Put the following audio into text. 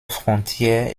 frontière